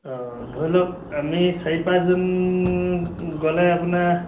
অঁ ধৰি লওক আমি চাৰি পাঁচজন গ'লে আপোনাৰ